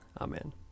Amen